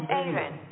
Aaron